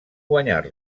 guanyar